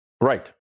Right